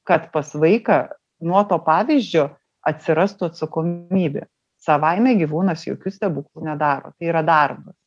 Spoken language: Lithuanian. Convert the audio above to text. kad pas vaiką nuo to pavyzdžio atsirastų atsakomybė savaime gyvūnas jokių stebuklų nedaro tai yra darbas